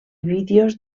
vídeos